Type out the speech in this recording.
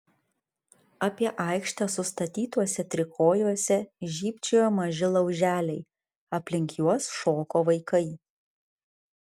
apie aikštę sustatytuose trikojuose žybčiojo maži lauželiai aplink juos šoko vaikai